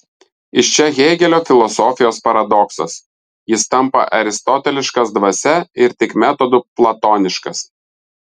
iš čia hėgelio filosofijos paradoksas jis tampa aristoteliškas dvasia ir tik metodu platoniškas